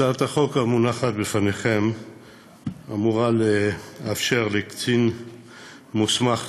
הצעת החוק המונחת בפניכם אמורה לאפשר לקצין מוסמך